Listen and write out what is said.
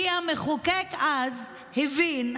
כי המחוקק אז הבין,